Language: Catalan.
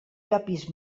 llopis